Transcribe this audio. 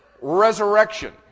resurrection